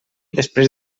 després